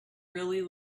really